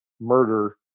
murder